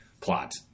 Plot